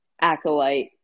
Acolyte